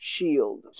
shield